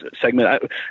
segment